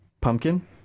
Pumpkin